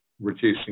reducing